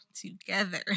together